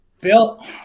Bill